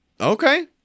Okay